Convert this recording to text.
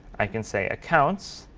i can say accounts,